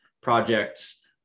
projects